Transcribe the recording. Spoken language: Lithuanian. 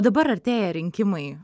dabar artėja rinkimai